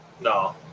No